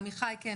כן, עמיחי.